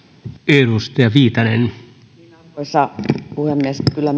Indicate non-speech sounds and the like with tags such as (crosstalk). arvoisa puhemies kyllä (unintelligible)